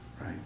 right